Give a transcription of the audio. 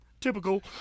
typical